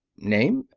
name?